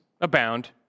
abound